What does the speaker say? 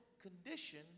Condition